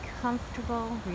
comfortable